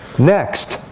next,